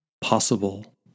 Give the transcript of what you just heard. possible